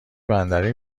بندری